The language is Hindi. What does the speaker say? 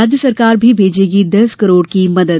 राज्य सरकार भी भेजेगी दस करोड़ की मदद